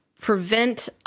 prevent